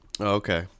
Okay